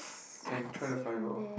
can try to find lor